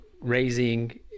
raising